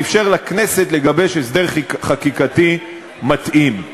ואפשר לכנסת לגבש הסדר חקיקתי מתאים.